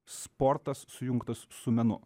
sportas sujungtas su menu